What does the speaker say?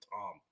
Tom